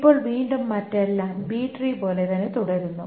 ഇപ്പോൾ വീണ്ടും മറ്റെല്ലാം ബി ട്രീ പോലെ തന്നെ തുടരുന്നു